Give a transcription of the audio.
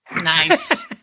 Nice